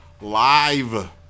live